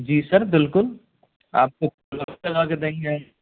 जी sir बिलकुल आपको नाश्ता लाके देंगे